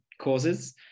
causes